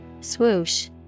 Swoosh